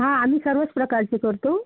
हां आम्ही सर्वच प्रकारचे करतो